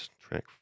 track